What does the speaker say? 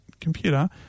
computer